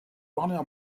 warner